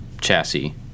chassis